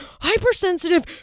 hypersensitive